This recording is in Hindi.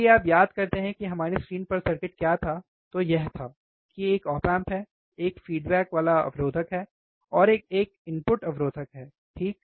यदि आप याद करते हैं कि हमारी स्क्रीन पर सर्किट क्या था तो यह था कि एक ऑप एम्प है एक फ़ीडबैक वाला अवरोधक है और एक इनपुट अवरोधक है ठीक